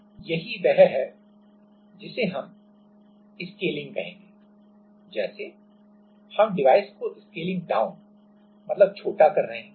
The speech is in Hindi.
अब यही वह है जिसे हम स्केलिंग कहेंगे जैसे हम डिवाइस को स्केलिंग डाउन मतलब छोटा कर रहे हैं